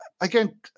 again